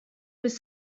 with